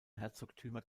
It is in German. herzogtümer